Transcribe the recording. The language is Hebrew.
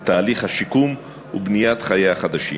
את תהליך השיקום ואת בניית חייה החדשים.